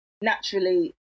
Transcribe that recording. naturally